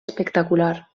espectacular